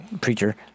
Preacher